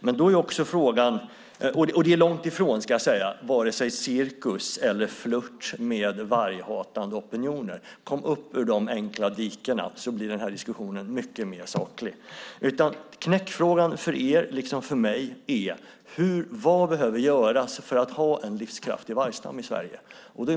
Det är långt ifrån såväl cirkus som flört med varghatande opinioner. Kom upp ur de enkla dikena! Då blir den här diskussionen mycket sakligare. Knäckfrågan för er liksom för mig är vad som behöver göras för att vi ska ha en livskraftig vargstam i Sverige.